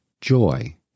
joy